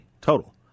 Total